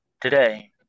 today